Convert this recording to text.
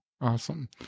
awesome